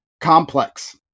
complex